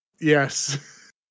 Yes